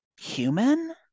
human